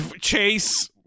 Chase